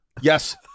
Yes